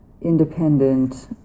independent